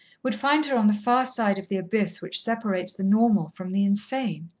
would find her on the far side of the abyss which separates the normal from the insane.